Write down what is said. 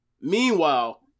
meanwhile